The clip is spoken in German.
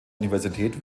universität